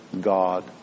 God